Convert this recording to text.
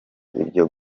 ibyo